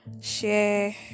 share